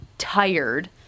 Tired